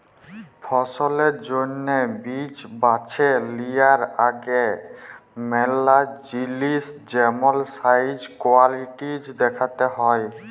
ফসলের জ্যনহে বীজ বাছে লিয়ার আগে ম্যালা জিলিস যেমল সাইজ, কোয়ালিটিজ দ্যাখতে হ্যয়